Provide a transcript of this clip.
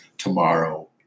Tomorrow